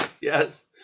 Yes